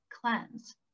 cleanse